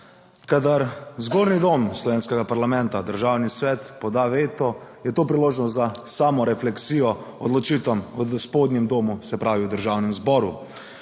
Kadar zgornji dom slovenskega parlamenta, Državni svet, poda veto, je to priložnost za samorefleksijo odločitvam v spodnjem domu, se pravi v Državnem zboru.